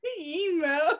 Email